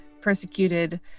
persecuted